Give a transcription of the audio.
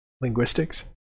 linguistics